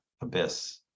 abyss